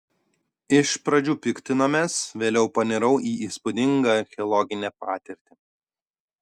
iš pradžių piktinomės vėliau panirau į įspūdingą archeologinę patirtį